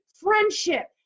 friendship